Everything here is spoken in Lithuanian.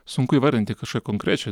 sunku įvardinti kažką konkrečiai